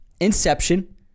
Inception